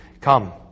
Come